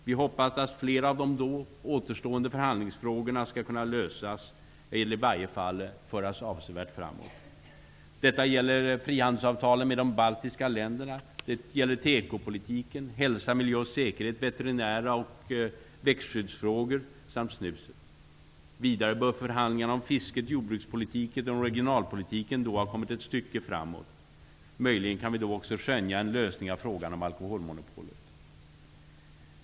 Vi hoppas att flera av de då återstående förhandlingsfrågorna skall kunna lösas eller i varje fall föras avsevärt framåt. Detta gäller frihandelsavtalet med de baltiska länderna. Det gäller tekopolitiken, hälsa, miljö och säkerhet, veterinära frågor och växtskyddsfrågor samt snuset. Vidare bör förhandlingarna om fisket, jordbrukspolitiken och regionalpolitiken då ha kommit ett stycke framåt. Möjligen kan vi då också skönja en lösning av frågan om alkoholmonopolet.